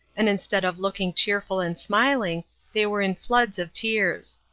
and instead of looking cheerful and smiling they were in floods of tears.